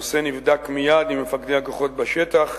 הנושא נבדק מייד עם מפקדי הכוחות בשטח,